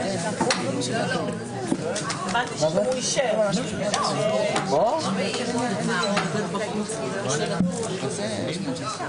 בשעה 11:29.